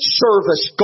service